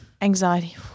Anxiety